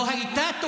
(אומר בערבית: